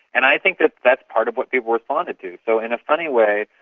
and i think that that's part of what people responded to. so in a funny way,